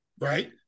right